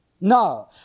No